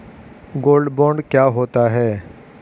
Gold bond क्या होता है?